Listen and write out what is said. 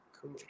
cool